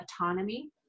autonomy